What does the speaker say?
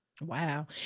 Wow